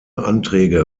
anträge